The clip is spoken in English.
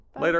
later